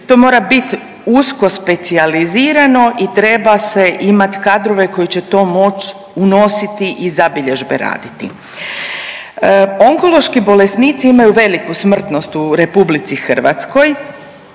to mora bit usko specijalizirano i treba se imati kadrove koji će to moći unositi i zabilježbe raditi. Onkološki bolesnici imaju veliku smrtnost u RH, a mi imamo